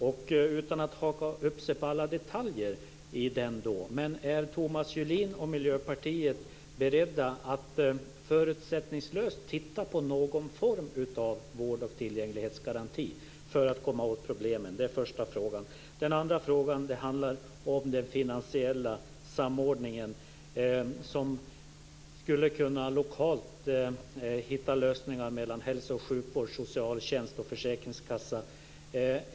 Är Thomas Julin och Miljöpartiet - utan att vi nu hakar upp oss på alla detaljer - beredda att förutsättningslöst titta på någon form av vård och tillgänglighetsgaranti för att komma åt problemen? Den andra frågan handlar om en lokal finansiell samordning av hälso och sjukvård, socialtjänst och försäkringskassa.